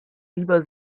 lieber